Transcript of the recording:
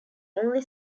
only